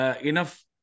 enough